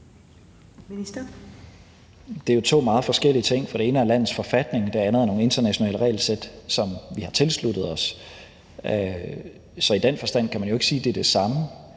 Det er jo to meget forskellige ting, for det ene er landets forfatning, det andet er nogle internationale regelsæt, som vi har tilsluttet os. I den forstand kan man jo ikke sige, at det er det samme,